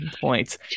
points